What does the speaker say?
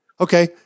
Okay